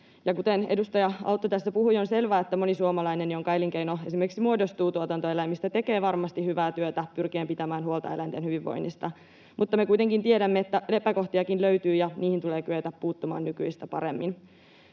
Kuten edustaja Autto tästä puhui, on selvää, että moni suomalainen, jonka elinkeino muodostuu esimerkiksi tuotantoeläimistä, tekee varmasti hyvää työtä pyrkien pitämään huolta eläinten hyvinvoinnista, mutta me kuitenkin tiedämme, että epäkohtiakin löytyy, ja niihin tulee kyetä puuttumaan nykyistä paremmin.